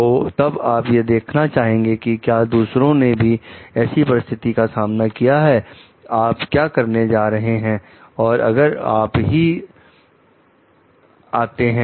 और तब आप यह देखना चाहेंगे कि क्या दूसरों ने भी ऐसी परिस्थितियों का सामना किया है आप क्या करने जा रहे हैं